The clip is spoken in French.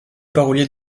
parolier